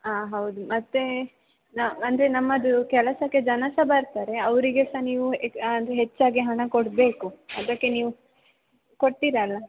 ಆಂ ಹೌದು ಮತ್ತು ನ ಅಂದರೆ ನಮ್ಮದು ಕೆಲಸಕ್ಕೆ ಜನ ಸಹ ಬರ್ತಾರೆ ಅವರಿಗೆ ಸಹ ನೀವು ಆಂ ಅಂದರೆ ಹೆಚ್ಚಾಗಿ ಹಣ ಕೊಡಬೇಕು ಅದಕ್ಕೆ ನೀವು ಕೊಡ್ತೀರ ಅಲ್ವ